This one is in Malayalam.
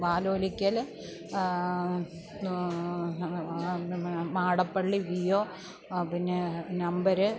വാലോലിക്കൽ മാടപ്പള്ളി പി ഒ ആ പിന്നെ നമ്പർ